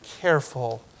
careful